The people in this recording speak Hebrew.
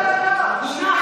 לא, לא, לא, לא, לא, לא.